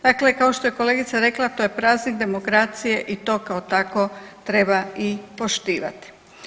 Dakle, kao što je kolegica rekla, to je praznik demokracije i to kao takvo treba i poštivati.